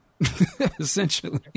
Essentially